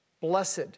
Blessed